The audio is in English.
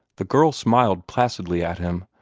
the girl smiled placidly at him,